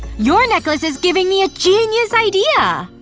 your necklace is giving me a genius idea!